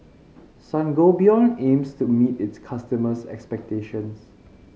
Sangobion aims to meet its customers' expectations